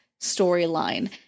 storyline